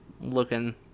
looking